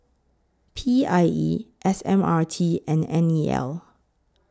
P I E S M R T and N E L